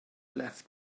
left